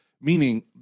meaning